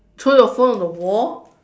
throw your phone on the wall